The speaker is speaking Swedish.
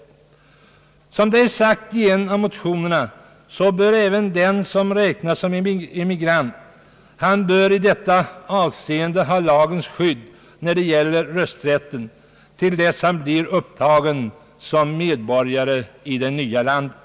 Såsom det är sagt i en av motionerna bör även den som räknas såsom emigrant i detta avseende ha lagens skydd när det gäller rösträtten till dess han blir upptagen såsom medborgare i det nya landet.